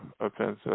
offensive